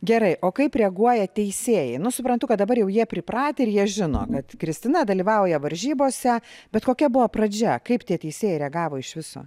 gerai o kaip reaguoja teisėjai nu suprantu kad dabar jau jie pripratę ir jie žino kad kristina dalyvauja varžybose bet kokia buvo pradžia kaip tie teisėjai reagavo iš viso